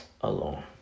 alone